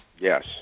Yes